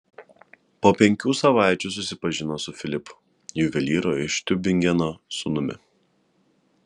po penkių savaičių susipažino su filipu juvelyro iš tiubingeno sūnumi